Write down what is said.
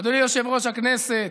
אדוני יושב-ראש הכנסת,